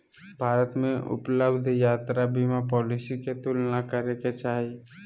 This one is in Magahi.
भारत में उपलब्ध यात्रा बीमा पॉलिसी के तुलना करे के चाही